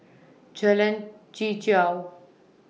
Jalan Chichau